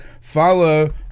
Follow